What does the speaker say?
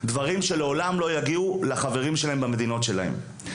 דברים שלעולם לא יגיעו לחברים שלהם במדינות שלהם.